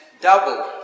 double